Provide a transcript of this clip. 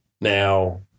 Now